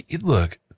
look